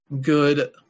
good